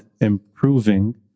improving